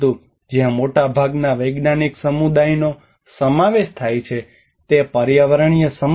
જ્યાં મોટાભાગના વૈજ્ઞાનિકસમુદાયનો સમાવેશ થાય છે તે પર્યાવરણીય સમસ્યા છે